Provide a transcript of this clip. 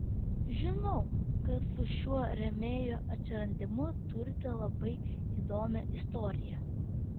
žinau kad su šiuo rėmėjo atsiradimu turite labai įdomią istoriją